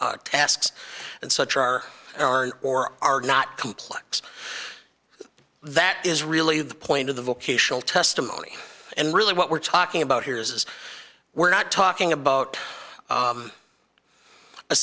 tasks and such are are or are not complex that is really the point of the vocational testimony and really what we're talking about here is we're not talking about